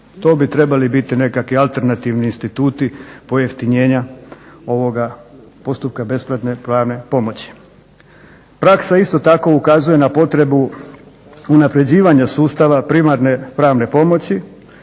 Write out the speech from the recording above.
To bi trebali biti nekakvi alternativni instituti pojeftinjenja ovoga postupka besplatne pravne pomoći. Praksa isto tako ukazuje na potrebu unapređivanja sustava primarne pravne pomoći,